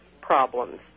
problems